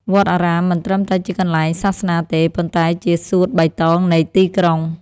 វត្តអារាមមិនត្រឹមតែជាកន្លែងសាសនាទេ ប៉ុន្តែជាសួតបៃតងនៃទីក្រុង។